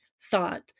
thought